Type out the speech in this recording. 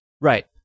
Right